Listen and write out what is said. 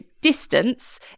distance